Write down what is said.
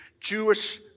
Jewish